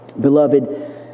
Beloved